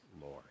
Lord